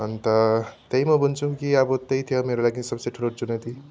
अन्त त्यही म भन्छु कि अब त्यही थियो मेरो लागि सबसे ठुलो चुनौती